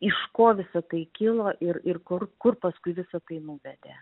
iš ko visa tai kilo ir ir kur kur paskui visa tai nuvedė